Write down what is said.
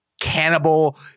cannibal